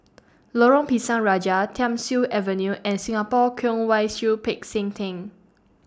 Lorong Pisang Raja Thiam Siew Avenue and Singapore Kwong Wai Siew Peck San Theng